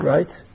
Right